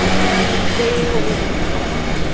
and they were losing a ton of money.